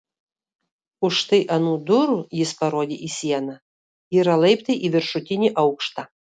už štai anų durų jis parodė į sieną yra laiptai į viršutinį aukštą